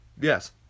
Yes